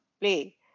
play